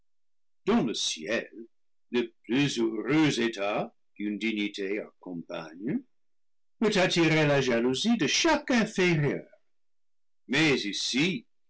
dans le ciel le plus heureux état qu'une dignité accom pagne peut attirer la jalousie de chaque inférieur mais ici